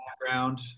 background